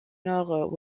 nord